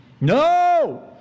No